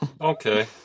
Okay